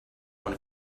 one